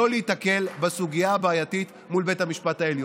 להיתקל בסוגיה הבעייתית מול בית המשפט העליון.